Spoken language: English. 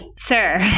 sir